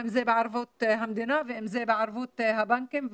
אם זה בערבות המדינה ואם זה בערבות הבנקים,